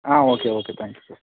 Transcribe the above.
ah okay okay thank you sir